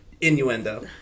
innuendo